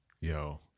Yo